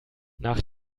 nach